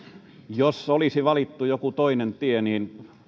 jos olisi valittu joku toinen tie niin